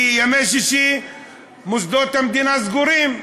כי בימי שישי מוסדות המדינה סגורים.